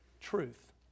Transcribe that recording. truth